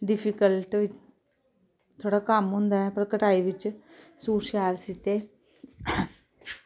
difficult वि थोह्ड़ा कम्म होंदा ऐ पर कटाई विच सूट शैल सीह्ते